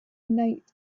night